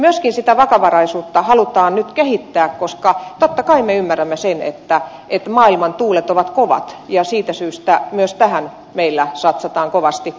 myöskin sitä vakavaraisuutta halutaan nyt kehittää koska totta kai me ymmärrämme sen että maailman tuulet ovat kovat ja siitä syystä myös tähän meillä satsataan kovasti